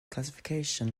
classification